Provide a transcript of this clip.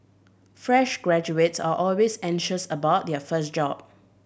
fresh graduates are always anxious about their first job